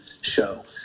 show